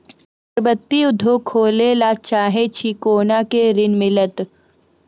अगरबत्ती उद्योग खोले ला चाहे छी कोना के ऋण मिलत?